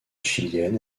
chilienne